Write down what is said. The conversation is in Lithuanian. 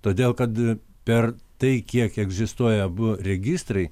todėl kad per tai kiek egzistuoja abu registrai